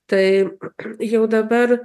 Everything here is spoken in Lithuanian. tai jau dabar